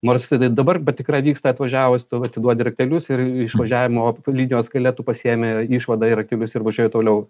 nors tai dabar patikra vyksta atvažiavus tu atiduodi raktelius ir išvažiavimo linijos gale tu pasiėmi išvadą raktelius ir važiuoji toliau